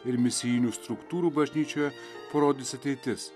ir misijinių struktūrų bažnyčioje parodys ateitis